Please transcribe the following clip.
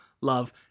Love